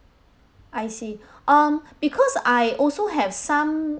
I see um because I also have some